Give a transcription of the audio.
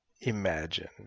imagine